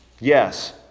Yes